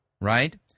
right